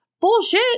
Bullshit